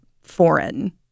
foreign